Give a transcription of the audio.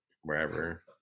wherever